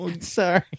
Sorry